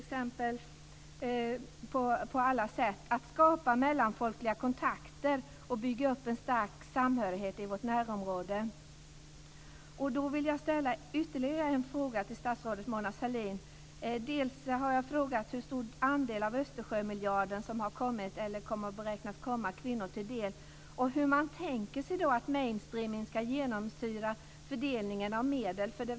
Det handlar om att på alla sätt skapa mellanfolkliga kontakter och bygga upp en stark samhörighet i vårt närområde. Mona Sahlin. Jag har bl.a. frågat om hur stor andel av Östersjömiljarden som beräknas komma kvinnor till del. Hur tänker man sig att mainstreaming ska genomsyra fördelningen av medel?